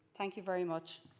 thank you very much.